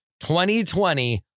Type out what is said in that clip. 2020